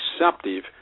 receptive